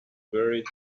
buried